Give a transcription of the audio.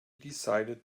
decided